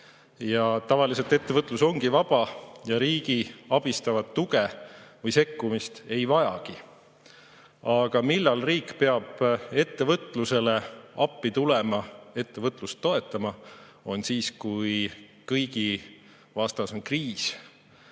ja tavaliselt ettevõtlus ongi vaba ega vaja riigi abistavat tuge või sekkumist. Aga millal riik peab ettevõtlusele appi tulema, ettevõtlust toetama, on siis, kui kõigi vastas on kriis.